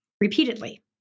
repeatedly